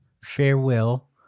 Farewell